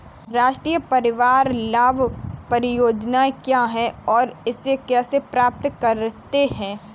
राष्ट्रीय परिवार लाभ परियोजना क्या है और इसे कैसे प्राप्त करते हैं?